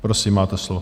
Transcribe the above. Prosím, máte slovo.